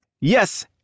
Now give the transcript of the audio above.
yes